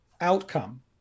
outcome